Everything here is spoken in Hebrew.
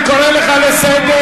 אני קורא אותך לסדר,